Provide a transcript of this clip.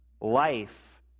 life